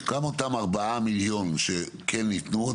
אז גם אותם ארבעה מיליון שכן ניתנו,